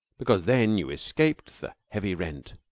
because then you escaped the heavy rent.